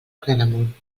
claramunt